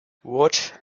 what